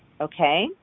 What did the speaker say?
Okay